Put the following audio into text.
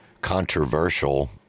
controversial